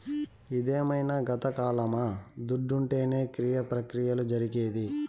ఇదేమైన గతకాలమా దుడ్డుంటేనే క్రియ ప్రక్రియలు జరిగేది